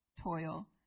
toil